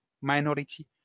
minority